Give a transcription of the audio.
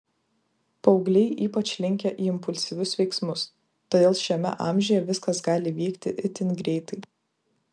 paaugliai ypač linkę į impulsyvius veiksmus todėl šiame amžiuje viskas gali vykti itin greitai